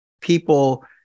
people –